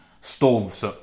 stoves